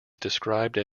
described